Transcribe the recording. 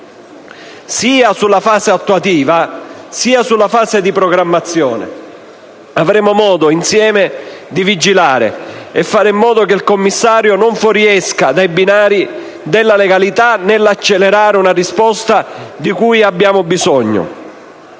sia nella fase attuativa sia nella fase di programmazione. Avremo modo di vigilare insieme affinché il commissario non fuoriesca dai binari della legalità nell'accelerare una risposta di cui peraltro abbiamo bisogno.